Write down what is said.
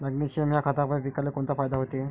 Magnesium ह्या खतापायी पिकाले कोनचा फायदा होते?